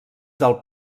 del